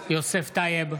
טייב,